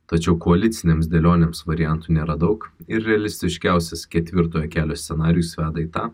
tačiau koalicinėms dėlionėms variantų nėra daug ir realistiškiausias ketvirtojo kelio scenarijus veda į tą